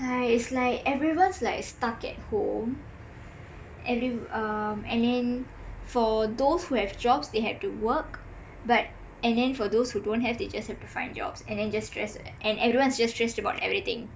yah it's like everyone's like stuck at home every~ uh I mean for those who have jobs they have to work but and then for those who don't have they just have to find jobs and then just stress and everyone's just stressed about everything